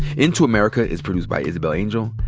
into america is produced by isabel angel,